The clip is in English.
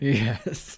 yes